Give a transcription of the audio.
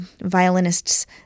violinists